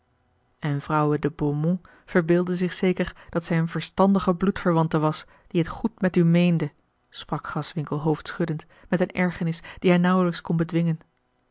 vrouwe de beaumont verbeeldde zich zeker dat zij eene verstandige bloedverwante was die het goed met u meende sprak graswinckel hoofdschuddend met eene ergernis die hij nauwelijks kon bedwingen